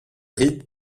riz